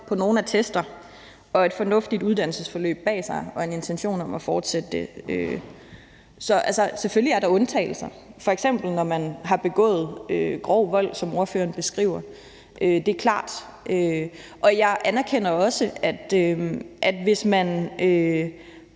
på nogen attester og har et fornuftigt uddannelsesforløb bag sig og en intention om at fortsætte det. Selvfølgelig er der undtagelser, f.eks. når man har begået grov vold, som ordføreren beskriver. Det er klart. Og jeg anerkender også, at hvis man